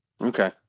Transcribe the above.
Okay